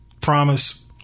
promise